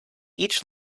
each